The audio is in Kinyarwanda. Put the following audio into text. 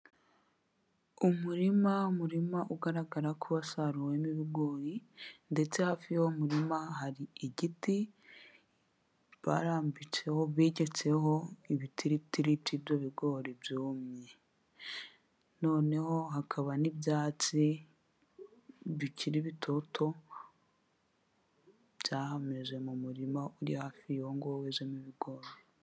Umurima murima ugaragara ko wasaruwemo ibigori ndetse hafi yuwo murima hari igiti barambitseho bigetseho ibitiritiri byibyo bigori byumye noneho hakaba n'ibyatsi bikiri bitoto byahameze mu murima uri hafi yuwo nguwo wezemo ibigori.